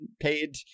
paid